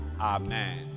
Amen